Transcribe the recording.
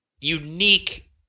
unique